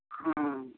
ହଁ